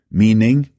meaning